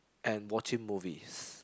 and watching movies